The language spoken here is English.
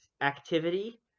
activity